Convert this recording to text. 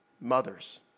mothers